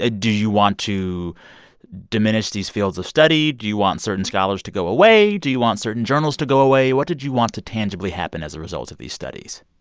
ah do you want to diminish these fields of study? do you want certain scholars to go away? do you want certain journals to go away? what did you want to tangibly happen as a result of these studies?